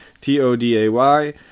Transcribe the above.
T-O-D-A-Y